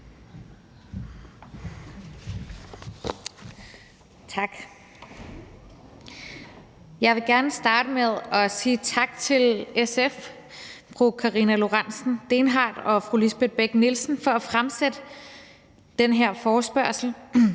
Tak. Jeg vil gerne starte med at sige tak til SF's fru Karina Lorentzen Dehnhardt og fru Lisbeth Bech-Nielsen for at rejse den her forespørgsel,